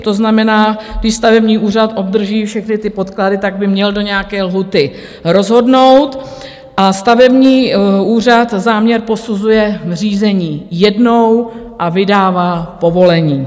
To znamená, když stavební úřad obdrží všechny podklady, tak by měl do nějaké lhůty rozhodnout, a stavební úřad záměr posuzuje v řízení jednou a vydává povolení.